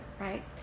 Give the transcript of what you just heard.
right